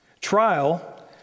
Trial